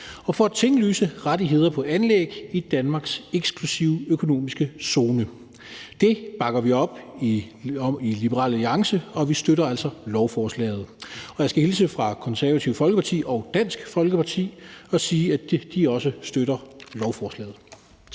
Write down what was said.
og for at tinglyse rettigheder på anlæg i Danmarks eksklusive økonomiske zone. Det bakker vi op om i Liberal Alliance, og vi støtter altså lovforslaget. Og jeg skal hilse fra Det Konservative Folkeparti og Dansk Folkeparti og sige, at de også støtter lovforslaget.